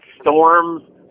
storms